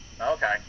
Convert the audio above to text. Okay